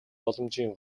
боломжийн